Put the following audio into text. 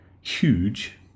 huge